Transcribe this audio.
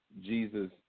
jesus